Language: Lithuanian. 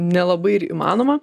nelabai ir įmanoma